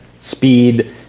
speed